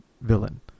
villain